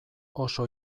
oso